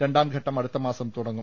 രണ്ടാംഘട്ടം അടുത്തമാസം തുടങ്ങും